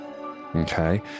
Okay